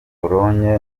pologne